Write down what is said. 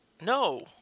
no